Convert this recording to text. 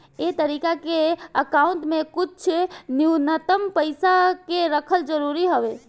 ए तरीका के अकाउंट में कुछ न्यूनतम पइसा के रखल जरूरी हवे